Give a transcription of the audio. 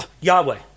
Yahweh